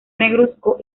negruzco